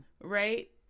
Right